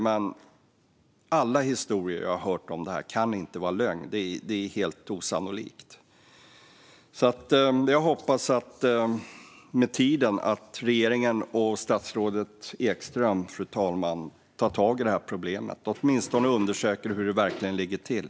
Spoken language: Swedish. Men alla historier jag hört om det här kan inte vara lögn. Det är helt osannolikt. Jag hoppas att regeringen och statsrådet Ekström med tiden tar tag i det här problemet, fru talman, och åtminstone undersöker hur det ligger till.